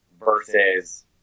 versus